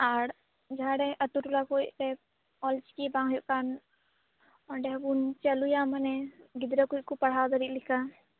ᱟᱨ ᱡᱟᱦᱟᱸ ᱨᱮ ᱟᱹᱛᱩ ᱴᱚᱞᱟ ᱠᱚᱨᱮ ᱚᱞᱪᱤᱠᱤ ᱵᱟᱝ ᱦᱩᱭᱩᱜ ᱠᱟᱱ ᱚᱸᱰᱮ ᱦᱸᱵᱚᱱ ᱪᱟᱹᱞᱩᱭᱟ ᱢᱟᱱᱮ ᱜᱤᱫᱽᱨᱟᱹ ᱠᱚᱠᱚ ᱯᱟᱲᱦᱟᱣ ᱫᱟᱲᱮ ᱞᱮᱠᱟ